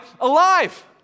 alive